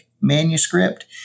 manuscript